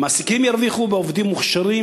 המעסיקים ירוויחו עובדים מוכשרים,